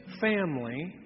family